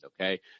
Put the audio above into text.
okay